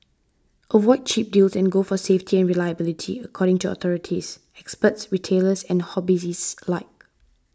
avoid cheap deals and go for safety and reliability according to authorities experts retailers and hobbyists alike